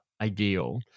ideal